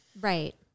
Right